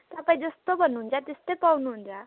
तपाईँ जस्तो भन्नुहुन्छ त्यस्तै पाउनुहुन्छ